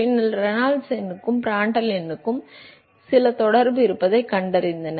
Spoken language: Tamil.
பின்னர் ரெனால்ட்ஸ் எண்ணுக்கும் ப்ராண்ட்டல் எண்ணுக்கும் சில தொடர்பு இருப்பதைக் கண்டறிந்தனர்